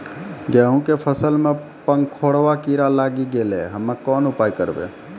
गेहूँ के फसल मे पंखोरवा कीड़ा लागी गैलै हम्मे कोन उपाय करबै?